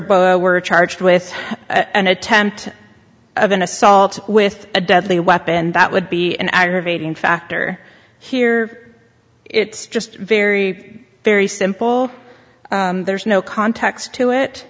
bo were charged with an attempt of an assault with a deadly weapon that would be an aggravating factor here it's just very very simple there's no context to it